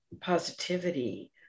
positivity